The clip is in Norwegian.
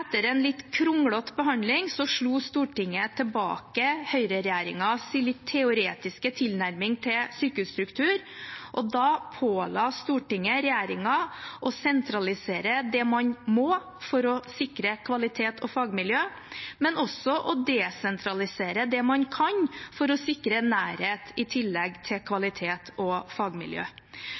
en litt kronglete behandling slo Stortinget tilbake Høyre-regjeringens litt teoretiske tilnærming til sykehusstruktur, og da påla Stortinget regjeringen å sentralisere det man må, for å sikre kvalitet og fagmiljø, men også å desentralisere det man kan, for å sikre nærhet i tillegg til kvalitet og fagmiljø.